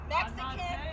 Mexican